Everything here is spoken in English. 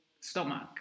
Stomach